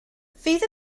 fydd